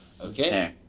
Okay